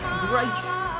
grace